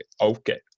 Okay